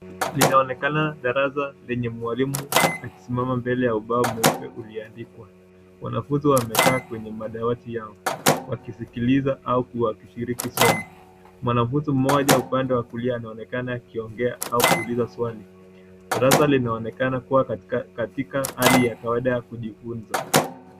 Linaonekana darasa lenye mwalimu akisimama mbele ya ubao mweupe ulioandikwa. Wanafunzi wamekaa kwenye madawati yao wakisiliza au kushiriki somo. Mwanafunzi mmoja upande wa kulia anaonekana akiongea au Kuuliza swali. Darasa linaonekana kuwa katika hali ya kawaida ya kujifunza.